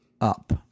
up